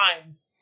times